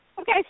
okay